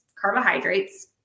carbohydrates